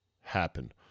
happen